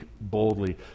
boldly